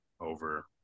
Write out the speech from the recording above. over